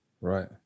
Right